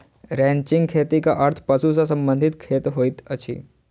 ranching खेतीक अर्थ पशु सॅ संबंधित खेती होइत अछि